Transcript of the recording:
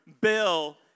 bill